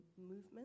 movement